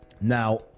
Now